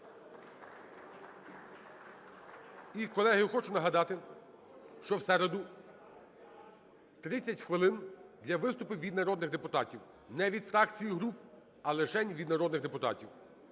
І, колеги, я хочу нагадати, що в середу 30 хвилин для виступів від народних депутатів, не від фракцій і груп, а лишень від народних депутатів.